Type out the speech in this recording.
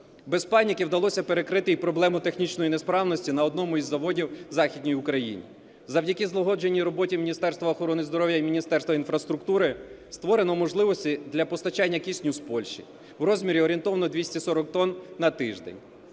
Без паніки вдалося перекрити і проблему технічної несправності на одному із заводів в Західній Україні. Завдяки злагодженій роботі Міністерства охорони здоров'я і Міністерства інфраструктури створено можливості для постачання кисню з Польщі в розмірі орієнтовно 240 тонн на тиждень.